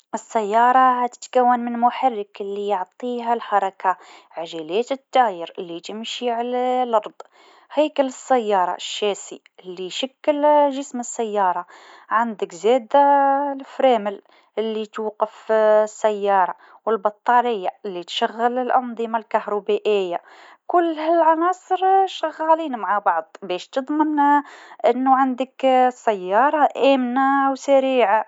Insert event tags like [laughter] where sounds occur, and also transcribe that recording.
السياره تتكون من محرك اللي يعطيها الحركه عجلات الداير اللي تمشي على [hesitation] الأرض هيكل السياره شاسي اللي يشكل [hesitation] جسم السياره عندك زاده [hesitation] الفرامل اللي تحبس [hesitation] السياره والبطاريه اللي تشغل الأنظمه الكهربائيه، كلها عناصر [hesitation] تخدم مع بعضها باش تضمن [hesitation] إنو عندك [hesitation] سياره ٱمنه [hesitation] و سريعه.